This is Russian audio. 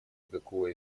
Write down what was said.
никакого